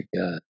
God